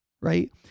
right